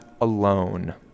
alone